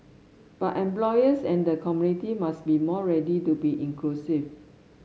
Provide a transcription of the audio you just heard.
but employers and the community must be more ready to be inclusive